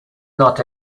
not